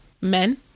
men